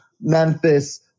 Memphis